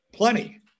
Plenty